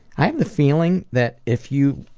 i have the feeling that if you